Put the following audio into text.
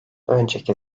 önceki